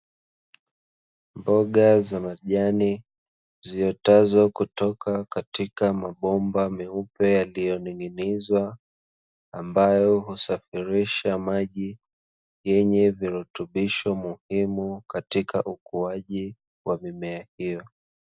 Mboga za majani ziotazo kutoka katika mabomba meupe yaliyoning'inizwa, ambayo husafirisha maji yenye virutubisho muhimu katika ukuaji wa mimea hiyo.